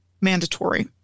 mandatory